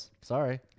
Sorry